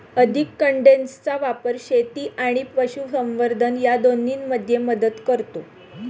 अधिक कंडेन्सरचा वापर शेती आणि पशुसंवर्धन या दोन्हींमध्ये मदत करतो